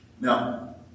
Now